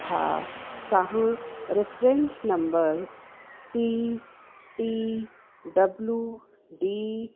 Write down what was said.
छा तव्हां reference number C T W D